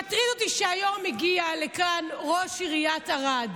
מטריד אותי שהיום הגיע לכאן ראש עיריית ערד